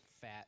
fat